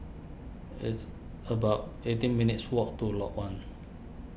it's about eighteen minutes' walk to Lot one